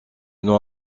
nom